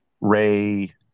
Ray